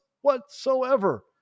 whatsoever